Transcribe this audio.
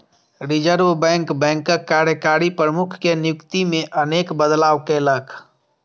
reserve bank बैंकक कार्यकारी प्रमुख के नियुक्ति मे अनेक बदलाव केलकै